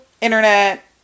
internet